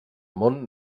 món